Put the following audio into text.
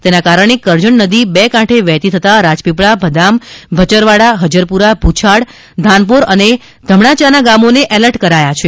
તેના કારણે કરજણ નદી બે કાંઠે વહેતી થતા રાજપીપ ળા ભદામ ભચરવાડા હજરપુરા ભુછાડ ધાનપોર અને ધમણાચાના ગામોને એલર્ટ કરાયા છે